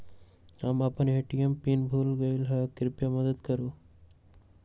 हम अपन ATM pin भूल गेली ह, कृपया मदत करू